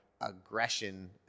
aggression